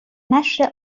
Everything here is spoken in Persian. نشر